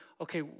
okay